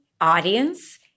audience